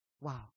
Wow